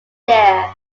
there